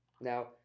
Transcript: Now